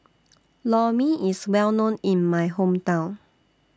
Lor Mee IS Well known in My Hometown